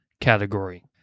category